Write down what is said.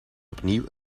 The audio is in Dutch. opnieuw